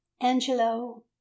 Angelo